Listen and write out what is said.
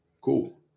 Cool